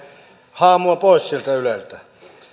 haamua pois yleltä